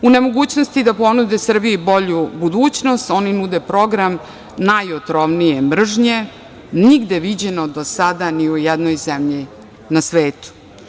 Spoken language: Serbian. U nemogućnosti da ponude Srbiji bolju budućnost, oni nude program najotrovnije mržnje, nigde viđeno do sada ni u jednoj zemlji na svetu.